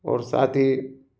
और साथ ही